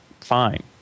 fine